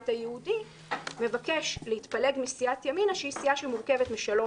היהודי מבקש להתפלג מסיעת ימינה שהיא סיעה שמורכבת משלוש